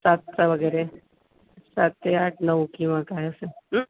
सातचा वगैरे सात ते आठ नऊ किंवा काय असेल